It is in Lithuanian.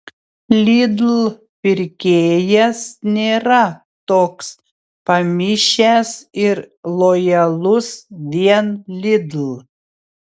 lidl pirkėjas nėra toks pamišęs ir lojalus vien lidl